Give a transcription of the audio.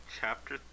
Chapter